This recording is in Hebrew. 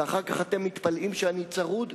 ואחר כך אתם מתפלאים שאני צרוד?